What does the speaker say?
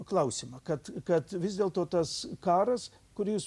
klausimą kad kad vis dėlto tas karas kur jūs